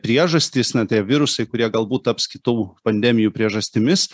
priežastys na tie virusai kurie galbūt taps kitų pandemijų priežastimis